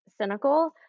cynical